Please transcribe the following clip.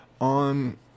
on